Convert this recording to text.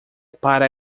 para